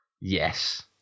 Yes